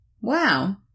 Wow